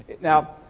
Now